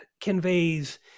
conveys